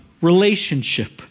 relationship